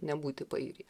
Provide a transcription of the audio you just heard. nebūti pajūry